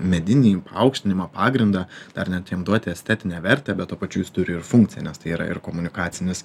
medinį paaukštinimą pagrindą ar net jam duoti estetinę vertę bet tuo pačiu jis turi ir funkciją nes tai yra ir komunikacinis